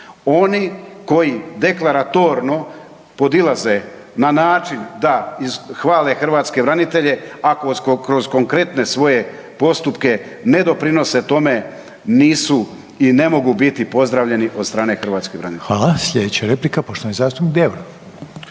Oni koji deklaratorno podilaze na način da hvale hrvatske branitelje a kroz konkretne svoje postupke ne doprinose tome nisu i ne mogu biti pozdravljeni od strane hrvatskih branitelja.